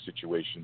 situation